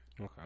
Okay